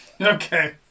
Okay